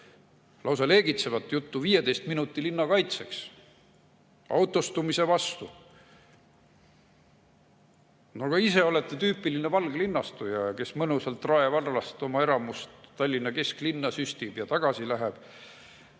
lausa leegitsevat juttu 15 minuti linna kaitseks, autostumise vastu. Te ise olete tüüpiline valglinnastuja, kes Rae vallast oma eramust mõnusalt Tallinna kesklinna süstib ja tagasi läheb.